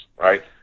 Right